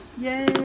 Yay